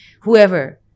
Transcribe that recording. whoever